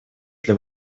для